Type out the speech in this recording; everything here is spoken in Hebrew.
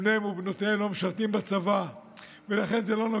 שבניהם ובנותיהם לא משרתים בצבא,